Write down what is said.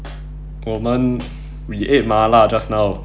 我们 we ate 麻辣 just now